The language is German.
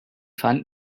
fanden